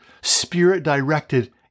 Spirit-directed